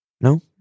No